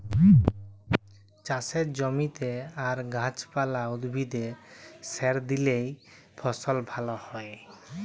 চাষের জমিতে আর গাহাচ পালা, উদ্ভিদে সার দিইলে ফসল ভাল হ্যয়